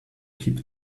keep